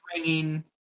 ringing